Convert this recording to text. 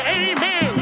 amen